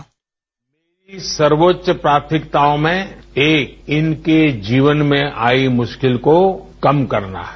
मेरी सर्वोच्च प्राथमिकताओं में एक इनके जीवन में आई मुश्किल को कम करना है